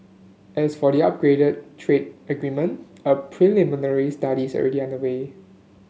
as for the upgraded trade agreement a preliminary study is already underway